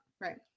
Right